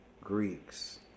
Greeks